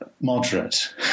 moderate